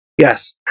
Yes